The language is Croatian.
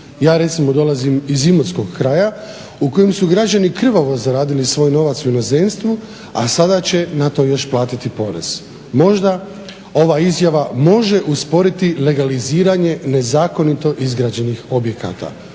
Ja recimo dolazim iz Imotskog kraja u kojem su građani krvavo zaradili svoj novac u inozemstvu, a sada će na to još platiti porez. Možda ova izjava može usporiti legaliziranje nezakonito izgrađenih objekata,